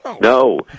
No